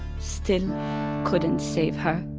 still couldn't save her